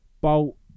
bolt